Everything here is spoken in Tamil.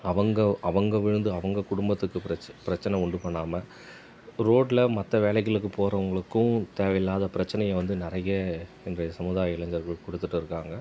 அவங்க அவங்க விழுந்து அவங்க குடும்பத்துக்கு பிரச்சனை பிரச்சினை உண்டு பண்ணாமல் ரோடில் மற்ற வேலைகளுக்கு போகிறவங்களுக்கும் தேவையில்லாத பிரச்சினைய வந்து நிறைய இன்றைய சமுதாய இளைஞர்கள் கொடுத்துட்டு இருக்காங்க